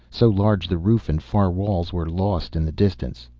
so large the roof and far walls were lost in the distance.